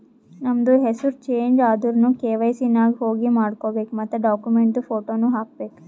ನಮ್ದು ಹೆಸುರ್ ಚೇಂಜ್ ಆದುರ್ನು ಕೆ.ವೈ.ಸಿ ನಾಗ್ ಹೋಗಿ ಮಾಡ್ಕೋಬೇಕ್ ಮತ್ ಡಾಕ್ಯುಮೆಂಟ್ದು ಫೋಟೋನು ಹಾಕಬೇಕ್